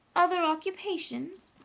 other occupations?